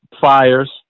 fires